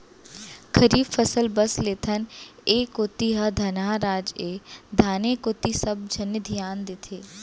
खरीफ फसल बस लेथन, ए कोती ह धनहा राज ए धाने कोती सबे झन धियान देथे